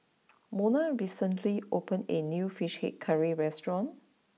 Monna recently opened a new Fish Head Curry restaurant